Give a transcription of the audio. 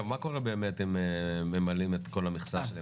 מה קורה באמת אם ממלאים את כל המכסה?